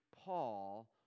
Paul